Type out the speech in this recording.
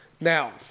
Now